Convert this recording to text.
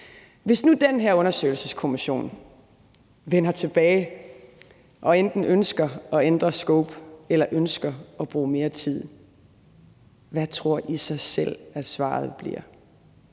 Hvis nu den her undersøgelseskommission vender tilbage og enten ønsker at ændre scope eller ønsker at bruge mere tid, hvad tror I så selv at svaret bliver?